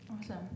Awesome